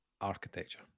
architecture